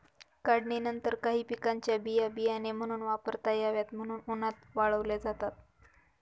काढणीनंतर काही पिकांच्या बिया बियाणे म्हणून वापरता याव्यात म्हणून उन्हात वाळवल्या जातात